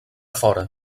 fora